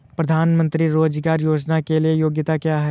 प्रधानमंत्री रोज़गार योजना के लिए योग्यता क्या है?